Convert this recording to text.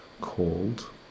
called